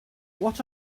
what